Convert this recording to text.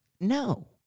no